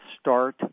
Start